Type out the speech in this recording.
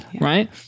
right